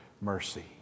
mercy